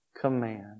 command